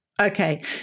Okay